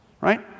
Right